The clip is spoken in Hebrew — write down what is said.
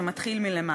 זה מתחיל מלמטה.